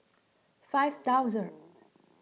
five thousandth